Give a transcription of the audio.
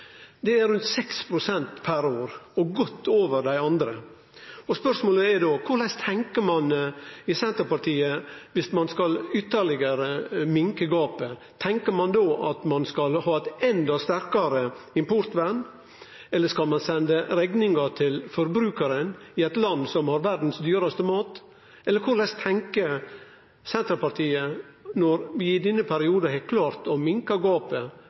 Det er rundt 6 pst. per år og godt over dei andre. Spørsmålet er då: Korleis tenkjer ein i Senterpartiet dersom ein skal minske gapet ytterlegare? Tenkjer ein då at ein skal ha eit enda sterkare importvern, eller skal ein sende rekninga til forbrukaren, i eit land som har verdas dyraste mat? Eller korleis tenkjer Senterpartiet, når vi i denne perioden har klart å minske gapet